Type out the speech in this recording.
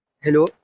Hello